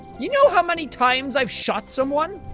you know how many times i've shot someone?